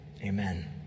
Amen